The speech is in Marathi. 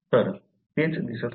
तर तेच दिसत आहे